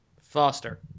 Foster